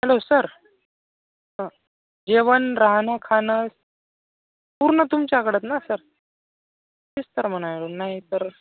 hello sir जेवण राहणं खाणं पूर्ण तुमच्याकडंच ना सर तेच तर म्हणायलो नाही तर